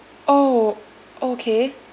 orh okay